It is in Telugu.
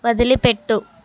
వదిలిపెట్టు